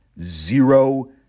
Zero